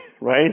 right